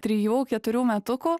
trijų keturių metukų